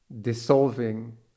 dissolving